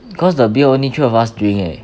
because the beer only three of us drink eh